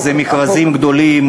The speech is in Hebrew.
כי זה מכרזים גדולים,